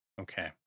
okay